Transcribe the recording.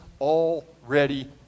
already